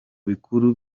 bikuru